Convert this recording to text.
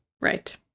Right